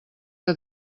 que